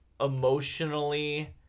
emotionally